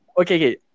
okay